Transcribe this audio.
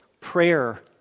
Prayer